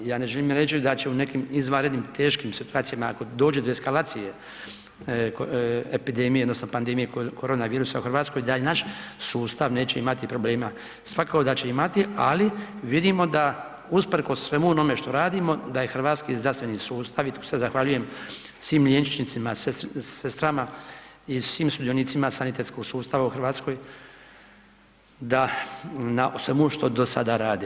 Ja ne želim reći da će u nekim izvanrednim teškim situacijama ako dođe do eskalacije epidemije odnosno pandemije korona virusa u Hrvatskoj, da i naš sustav neće imat problema, svakako da će imati ali vidimo da usprkos svemu onome što radimo da je hrvatski zdravstveni sustav i tu se zahvaljujem svim liječnicima, sestrama i svim sudionicima sanitetskog sustava u Hrvatskoj na svemu što do sada rade.